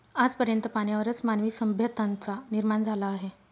आज पर्यंत पाण्यावरच मानवी सभ्यतांचा निर्माण झाला आहे